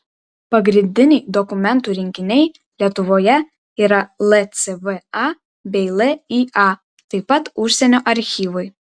pagrindiniai dokumentų rinkiniai lietuvoje yra lcva bei lya taip pat užsienio archyvai